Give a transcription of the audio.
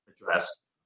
address